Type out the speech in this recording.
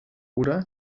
oder